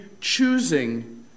choosing